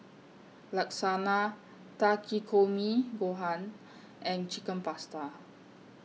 Lasagne Takikomi Gohan and Chicken Pasta